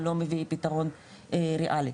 ולא מביא פתרון ריאלי.